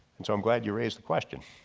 and so i'm glad you raised the question.